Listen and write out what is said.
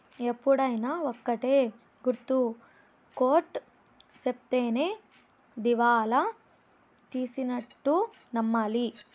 ఎప్పుడైనా ఒక్కటే గుర్తు కోర్ట్ సెప్తేనే దివాళా తీసినట్టు నమ్మాలి